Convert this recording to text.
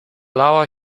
lała